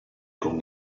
con